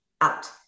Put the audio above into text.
out